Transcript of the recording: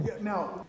now